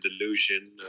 delusion